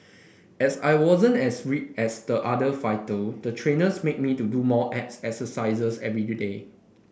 as I wasn't as ripped as the other fighter the trainers made me do more abs exercises every today